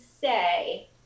say